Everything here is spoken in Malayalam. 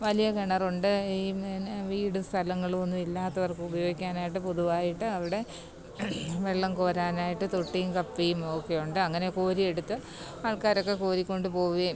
വലിയ കിണറുണ്ട് ഈ എന്ന വീടും സ്ഥലങ്ങളും ഒന്നും ഇല്ലാത്തവര്ക്ക് ഉപയോഗിക്കാനായിട്ട് പൊതുവായിട്ട് അവിടെ വെള്ളം കോരാനായിട്ട് തോട്ടീം കപ്പീം ഓക്കെയുണ്ട് അങ്ങനെ കോരിയെടുത്ത് ആള്ക്കാരൊക്കെ കോരിക്കൊണ്ട് പോവുകേം